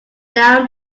down